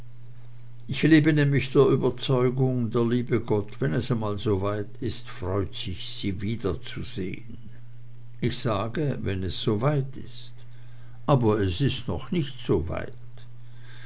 ich lebe nämlich der überzeugung der liebe gott wenn es mal soweit ist freut sich sie wiederzusehen ich sage wenn es soweit ist aber es ist noch nicht soweit